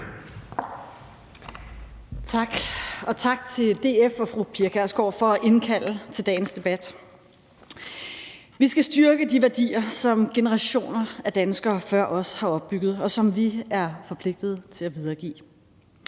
Tak, og tak til DF og fru Pia Kjærsgaard for at have indkaldt til dagens debat. Vi skal styrke de værdier, som generationer af danskere før os har opbygget, og som vi er forpligtet til at videregive.